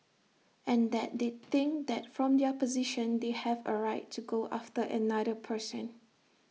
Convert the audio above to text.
and that they think that from their position they have A right to go after another person